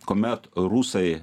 kuomet rusai